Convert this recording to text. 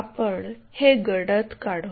आपण हे गडद काढू